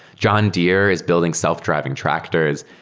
john deere is building self driving tractors.